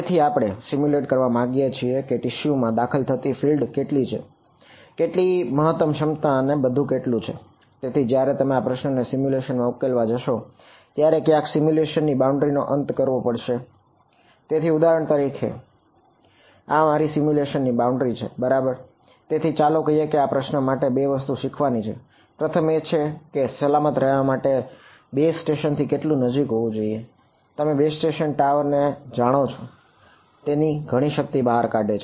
તેથી આપણે સીમ્યુલેટ ને જાણો છો તેઓ ઘણી શક્તિ બહાર કાઢે છે